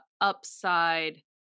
upside